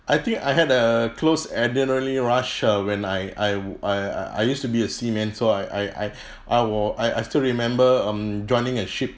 I think I had a close adrenaline rush uh when I I I I used to be a seaman so I I I I wa~ I I still remember um joining a ship